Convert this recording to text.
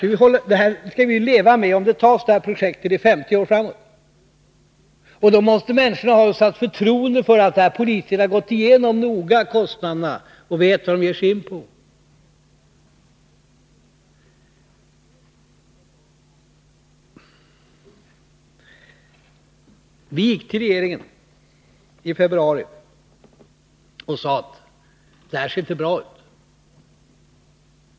Om vi tar beslut om detta projekt nu skall vi leva med det i 50 år framåt. Då måste människorna ha förtroende för att politikerna noga har gått igenom kostnaderna och vet vad de ger sig in på. Vi gick till regeringen i februari och sade: Det här ser inte bra ut.